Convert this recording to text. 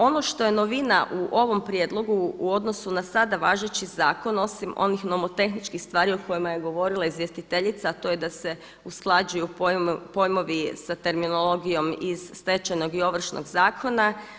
Ono što je novina u ovom prijedlogu u odnosu na sada važeći zakon osim onih nomotehničkih stvari o kojima je govorila izvjestiteljica, a to je da se usklađuju pojmovi sa terminologijom iz Stečajnog i Ovršnog zakona.